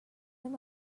him